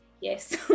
Yes